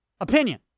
opinion